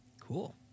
Cool